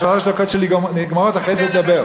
השלוש דקות שלי נגמרות, אחרי זה תדבר.